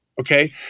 okay